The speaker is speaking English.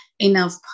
enough